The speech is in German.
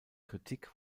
kritik